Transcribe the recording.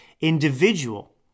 individual